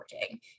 working